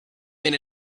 men